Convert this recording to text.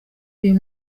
uyu